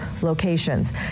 locations